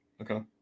Okay